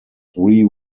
three